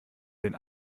den